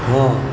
ହଁ